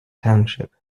township